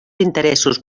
interessos